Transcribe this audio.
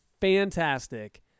fantastic